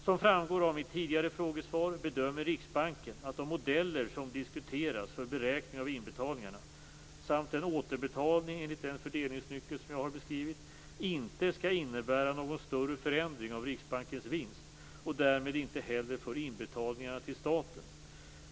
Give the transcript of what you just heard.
Som framgår av mitt tidigare frågesvar bedömer Riksbanken att de modeller som diskuteras för beräkning av inbetalningarna, samt en återbetalning enligt den fördelningsnyckel som jag har beskrivit, inte skall innebära någon större förändring av Riksbankens vinst och därmed inte heller för inbetalningarna till staten.